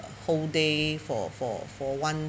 whole day for for for one